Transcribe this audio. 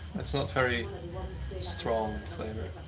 that's not very strong flavor it